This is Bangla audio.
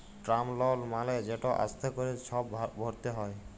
টার্ম লল মালে যেট আস্তে ক্যরে ছব ভরতে হ্যয়